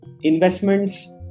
investments